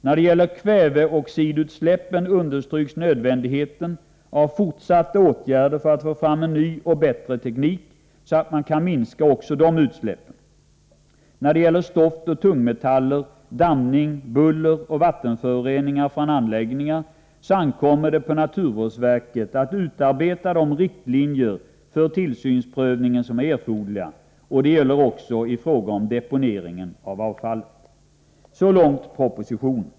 När det gäller kväveoxidutsläppen understryks nödvändigheten av fortsatta åtgärder för att få fram en ny och bättre teknik, så att man kan minska också dessa utsläpp. När det gäller stoft och tungmetaller, damm, buller och vattenförorening från anläggningar ankommer det på naturvårdsverket att utarbeta de riktlinjer för tillsynsprövningen som är erforderliga. Det gäller också i fråga om deponeringen av avfallet. Så långt propositionen.